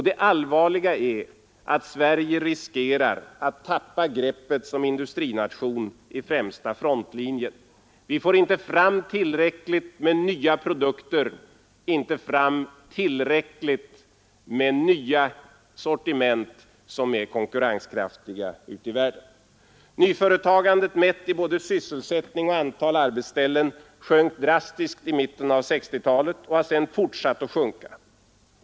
Det allvarliga är också att Sverige riskerar att tappa greppet som industrination i främsta frontlinjen. Vi får inte fram tillräckligt med nya produkter och nya sortiment, som är konkurrenskraftiga ute i världen Nyföretagandet mätt i både sysselsättning och antal arbetstillfällen sjönk drastiskt i mitten av 1960-talet och har sedan fortsatt att sjunka.